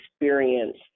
experience